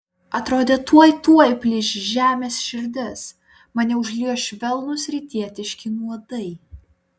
atrodė tuoj tuoj plyš žemės širdis mane užliejo švelnūs rytietiški nuodai